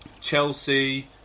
Chelsea